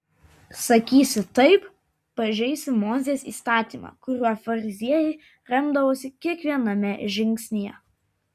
sakysi taip pažeisi mozės įstatymą kuriuo fariziejai remdavosi kiekviename žingsnyje